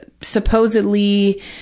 supposedly